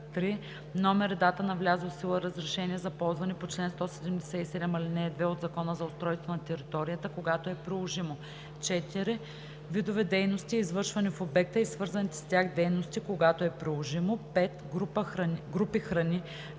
3. номер и дата на влязло в сила разрешение за ползване по чл. 177, ал. 2 от Закона за устройство на територията – когато е приложимо; 4. видове дейности, извършвани в обекта, и свързаните с тях дейности – когато е приложимо; 5. групи храни,